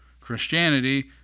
Christianity